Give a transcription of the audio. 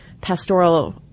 pastoral